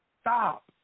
stop